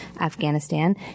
Afghanistan